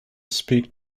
speak